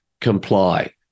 comply